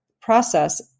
process